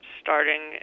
starting